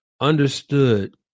understood